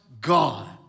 God